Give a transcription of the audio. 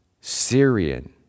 Syrian